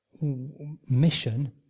Mission